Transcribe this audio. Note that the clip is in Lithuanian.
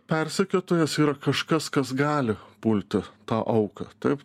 persekiotojas yra kažkas kas gali pulti tą auką taip